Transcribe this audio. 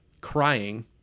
crying